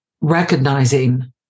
recognizing